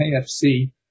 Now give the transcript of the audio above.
KFC